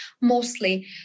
mostly